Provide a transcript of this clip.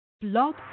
Blog